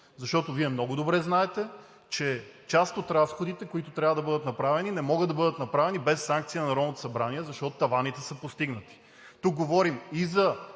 Защото Вие много добре знаете, че част от разходите, които трябва да бъдат направени, не могат да бъдат направени без санкция на Народното събрание, защото таваните са постигнати. Тук говорим и за